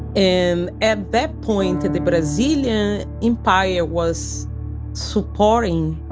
and at that point, the brazilian empire was supporting